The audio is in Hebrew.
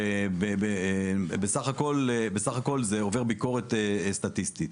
ובסך הכול זה עובר ביקורת סטטיסטית.